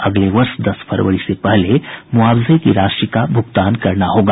अगले वर्ष दस फरवरी से पहले मुआवजे की राशि का भुगतान करना होगा